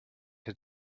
had